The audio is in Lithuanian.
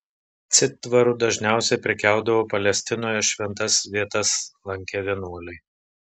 citvaru dažniausiai prekiaudavo palestinoje šventas vietas lankę vienuoliai